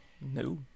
No